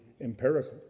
empirical